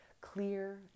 clear